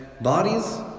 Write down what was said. bodies